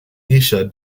nische